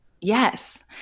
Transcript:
Yes